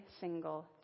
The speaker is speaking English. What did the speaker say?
single